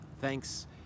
Thanks